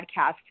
podcast